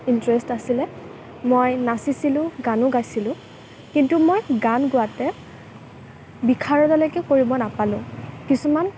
interest আছিলে মই নাচিছিলোঁ গানো গাইছিলোঁ কিন্তু মই গান গাওঁতে বিশাৰদলৈকে কৰিব নাপালোঁ কিছুমান